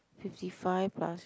fifty five plus